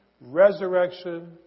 resurrection